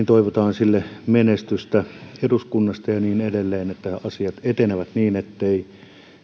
toivotaan tänään jätetylle lakialoitteelle menestystä eduskunnassa ja niin edelleen että asiat etenevät niin ettei